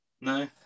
no